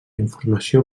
informació